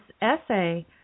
essay